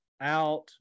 out